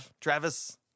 Travis